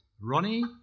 Ronnie